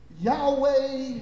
Yahweh